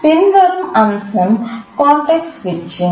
பின்வரும் அம்சம் கான்டெக்ஸ்ட் சுவிட்சிங்